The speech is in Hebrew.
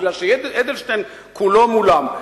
כיוון שאדלשטיין כולו מולם.